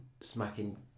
smacking